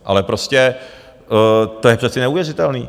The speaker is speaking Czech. Ale prostě to je přece neuvěřitelný.